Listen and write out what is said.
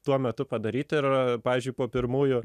tuo metu padaryt ir pavyzdžiui po pirmųjų